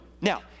Now